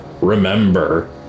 remember